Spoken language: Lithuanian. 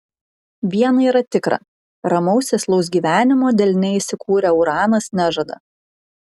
viena yra tikra ramaus sėslaus gyvenimo delne įsikūrę uranas nežada